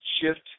shift